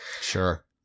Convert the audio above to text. Sure